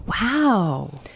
Wow